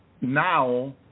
now